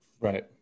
Right